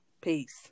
Peace